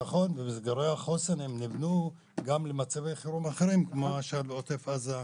מרכזי החוסן נבנו למצבי חירום אחרים כמו למשל בעוטף עזה,